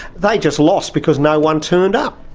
they just lost because no one turned up.